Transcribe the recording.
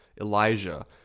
Elijah